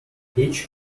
each